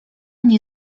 nie